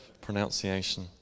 Pronunciation